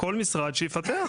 כל משרד, שיפתח.